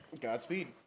Godspeed